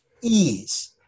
ease